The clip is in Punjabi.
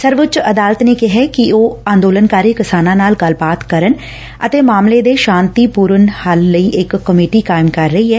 ਸਰਵਉੱਚ ਅਦਾਲਤ ਨੇ ਕਿਹੈ ਕਿ ਉਹ ਅੰਦੋਲਨਕਾਰੀ ਕਿਸਾਨਾਂ ਨਾਲ ਗੱਲਬਾਤ ਕਰਨ ਅਤੇ ਮਾਮਲੇ ਦੇ ਸ਼ਾਤੀਪੁਰਨ ਹੱਲ ਲਈ ਇਕ ਕਮੇਟੀ ਕਾਇਮ ਕਰ ਰਹੀ ਐ